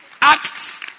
Acts